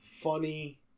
funny